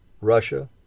Russia